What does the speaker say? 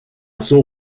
son